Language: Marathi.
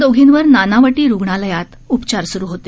दोघींवर नानावटी रुग्णालयात उपचार सुरू होते